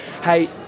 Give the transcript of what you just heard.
hey